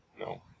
No